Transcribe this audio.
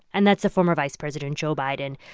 and that's the former vice president joe biden.